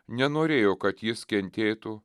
nenorėjo kad jis kentėtų